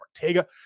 Ortega